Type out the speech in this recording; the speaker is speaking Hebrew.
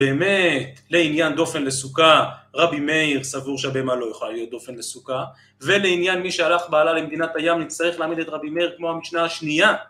באמת, לעניין דופן לסוכה, רבי מאיר, סבור שהבהמה לא יכולה להיות דופן לסוכה ולעניין מי שהלך בעלה למדינת הים, נצטרך להעמיד את רבי מאיר כמו המשנה השנייה